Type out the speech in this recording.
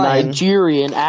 Nigerian